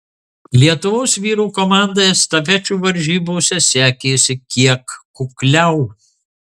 lietuvos vyrų komandai estafečių varžybose sekėsi kiek kukliau